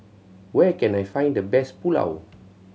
where can I find the best Pulao